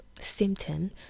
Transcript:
symptom